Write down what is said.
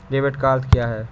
Debit का अर्थ क्या है?